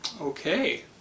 Okay